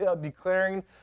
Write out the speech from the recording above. declaring